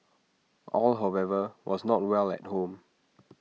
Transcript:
all however was not well at home